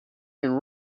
can